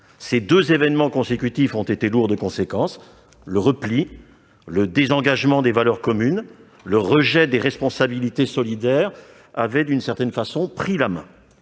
Ces deux événements successifs ont été lourds de conséquences : le repli, le désengagement des valeurs communes et le rejet des responsabilités solidaires avaient pris la main.